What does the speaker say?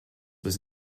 was